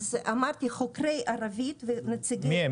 אז אמרתי, חוקרי ערבית ונציגים --- מי הם?